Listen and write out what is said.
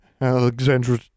Alexandra